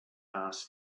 asked